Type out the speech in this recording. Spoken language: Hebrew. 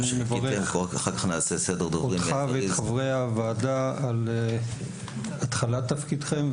אני מברך אותך ואת חברי הוועדה על התחלת תפקידכם,